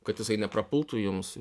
kad jisai neprapultų jums